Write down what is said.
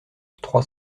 trois